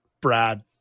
Brad